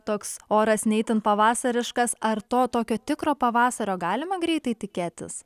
toks oras ne itin pavasariškas ar to tokio tikro pavasario galime greitai tikėtis